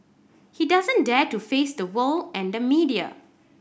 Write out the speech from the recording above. he doesn't dare to face the world and the media